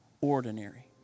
Ordinary